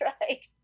right